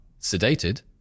sedated